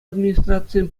администрацийӗн